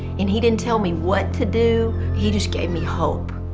and he didn't tell me what to do. he just gave me hope.